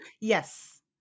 Yes